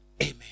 Amen